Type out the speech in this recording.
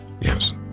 Yes